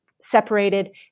separated